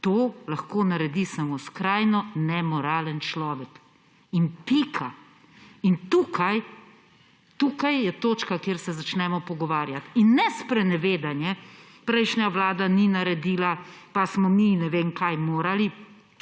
to lahko naredi samo skrajno nemoralen človek. In pika. In tukaj, tukaj je točka, kjer se začnemo pogovarjati, in ne sprenevedanje, da prejšnja vlada ni naredila, pa smo mi ne vem kaj morali.